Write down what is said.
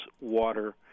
water